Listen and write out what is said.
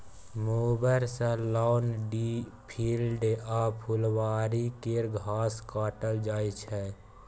mower सँ lawn, field आ फुलबारी केर घास काटल जाइ छै